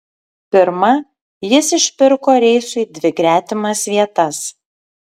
pirma jis išpirko reisui dvi gretimas vietas